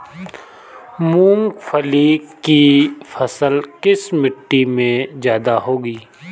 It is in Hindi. मूंगफली की फसल किस मिट्टी में ज्यादा होगी?